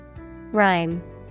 Rhyme